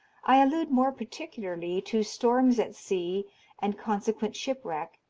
i allude more particularly to storms at sea and consequent shipwreck,